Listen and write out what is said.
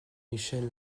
michel